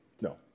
No